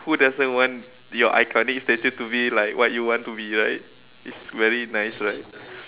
who doesn't want your iconic statue to be like what you want to be right it's very nice right